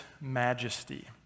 majesty